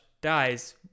dies